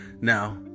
Now